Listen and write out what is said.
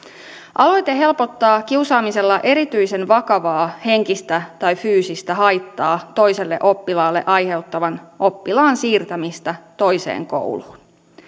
aloite helpottaa kiusaamisella erityisen vakavaa henkistä tai fyysistä haittaa toiselle oppilaalle aiheuttavan oppilaan siirtämistä toiseen kouluun